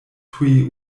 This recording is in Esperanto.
tuj